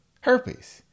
herpes